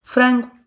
Frango